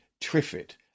Triffitt